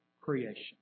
creation